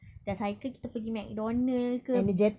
dah cycle kita pergi mcdonald's ke